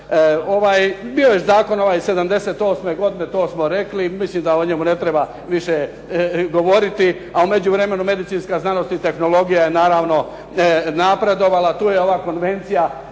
Bio je zakon ovaj iz '78. godine, to smo rekli. Mislim da o njemu ne treba više govoriti, a u međuvremenu medicinska znanost i tehnologija je naravno napredovala. Tu je ova Konvencija